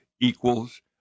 equals